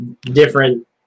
different